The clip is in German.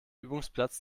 übungsplatz